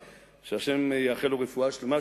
שהשם יאחל לו רפואה שלמה,